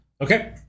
Okay